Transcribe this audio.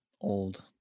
old